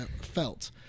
felt